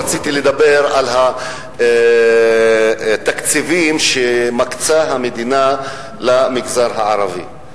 רציתי לדבר על התקציבים שמקצה המדינה למגזר הערבי.